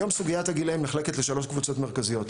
היום, סוגיית הגילאים נחלקת לשלוש קבוצות מרכזיות.